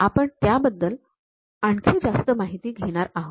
आपण त्याबद्दल आणखी जास्त माहिती घेणार आहोत